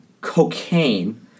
cocaine